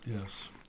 yes